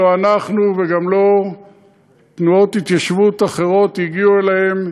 לא אנחנו וגם לא תנועות התיישבות אחרות הגיעו אליהם,